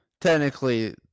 technically